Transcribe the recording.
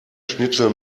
schnitzel